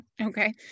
Okay